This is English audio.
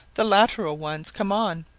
the lateral ones come on,